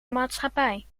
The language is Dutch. maatschappij